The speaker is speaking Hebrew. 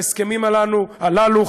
ההסכמים הללו,